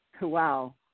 Wow